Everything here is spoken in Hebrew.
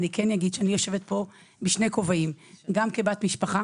אני יושבת פה בשני כובעים, גם כבת משפחה